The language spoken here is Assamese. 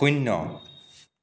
শূন্য